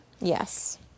Yes